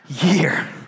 year